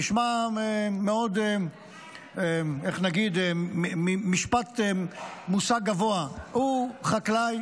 זה נשמע, איך נגיד, מושג גבוה, הוא חקלאי